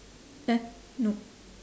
eh no